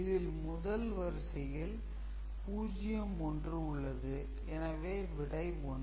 இதில் முதல் வரிசையில் 0 1 உள்ளது எனவே விடை 1